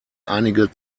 einige